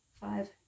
five